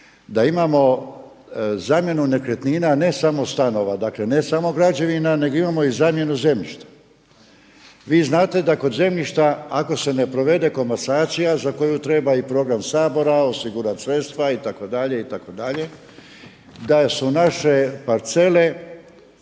da imamo zamjenu nekretnina ne samo stanova, dakle ne samo građevina nego imamo i zamjenu zemljišta. Vi znate da kod zemljišta ako se ne provede komasacija za koju treba i program Sabora osigurati sredstva itd., itd., da su naše parcele